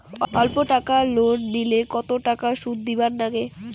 অল্প টাকা লোন নিলে কতো টাকা শুধ দিবার লাগে?